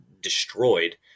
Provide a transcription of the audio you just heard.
destroyed